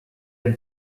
him